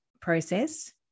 process